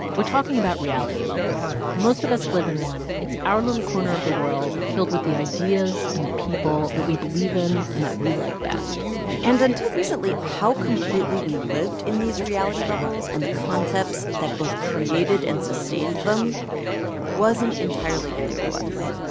we're talking about reality bubbles. most of us live in one. it's our little corner of the world filled with the ideas and the people that we believe in and that we like best and until recently, how completely we lived in these reality bubbles and the concepts that both created and sustained them wasn't entirely clear to us.